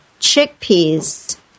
chickpeas